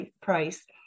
price